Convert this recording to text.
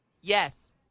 Yes